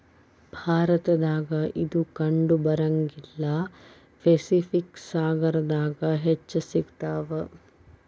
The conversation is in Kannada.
ಭಾರತದಾಗ ಇದು ಕಂಡಬರಂಗಿಲ್ಲಾ ಪೆಸಿಫಿಕ್ ಸಾಗರದಾಗ ಹೆಚ್ಚ ಸಿಗತಾವ